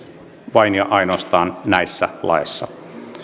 vain ja ainoastaan näissä laeissa